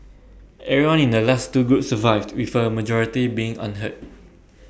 everyone in the last two groups survived with A majority being unhurt